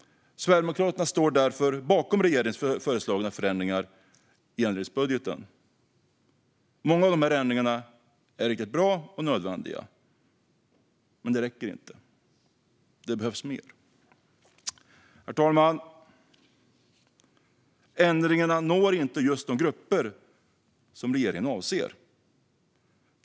Sverigedemokraterna står därför bakom regeringens föreslagna förändringar i ändringsbudgeten. Många av dessa ändringar är riktigt bra och nödvändiga, men det räcker inte. Det behövs mer. Herr talman! Ändringarna når inte just de grupper som regeringen avser att nå.